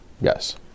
Yes